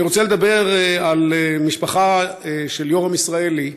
אני רוצה לדבר על המשפחה של יורם ישראלי,